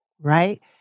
right